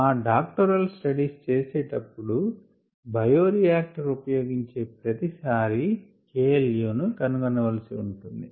మా doctoral studies చేసే టప్పుడు బయోరియాక్టర్ ఉపయోగించే ప్రతి సారి KLaను కనుగొనవలసి ఉంటుంది